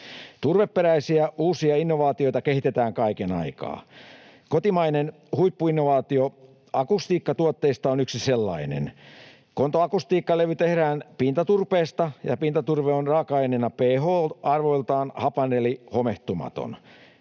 Turveperäisiä uusia innovaatioita kehitetään kaiken aikaa. Kotimainen huippuinnovaatio akustiikkatuotteissa on yksi sellainen. Konto-akustiikkalevy tehdään pintaturpeesta, ja pintaturve on raaka-aineena pH-arvoiltaan hapan eli homehtumaton.